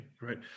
right